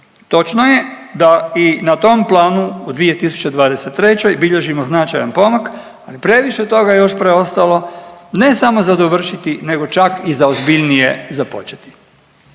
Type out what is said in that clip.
Točno je da i na tom planu u 2023. bilježimo značajan pomak ali previše toga je još preostalo ne samo za dovršiti nego čak i za ozbiljnije započeti.